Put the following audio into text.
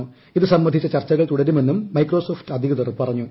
് ഇതു സംബന്ധിച്ചു ്ചർച്ചകൾ തുടരുമെന്നും മൈക്രോസോഫ്റ്റ് അധികൃതർ ഏറ്ഞ്ഞു